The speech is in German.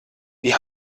die